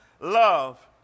love